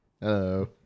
Hello